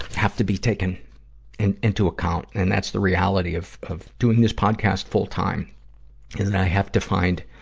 have to be taken in, into account. and that's the reality of, of doing this podcast full-time, is that i have to find,